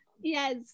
Yes